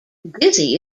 dizzy